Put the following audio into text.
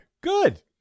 Good